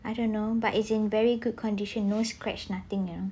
I don't know but it's in very good condition no scratch nothing you know